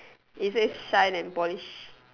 it says shine and polish